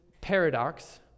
paradox